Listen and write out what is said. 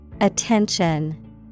Attention